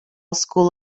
school